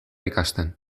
ikasten